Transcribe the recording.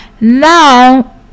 Now